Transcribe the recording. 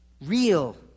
real